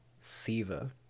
SIVA